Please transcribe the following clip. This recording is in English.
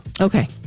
okay